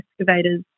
excavators